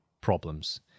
problems